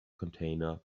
container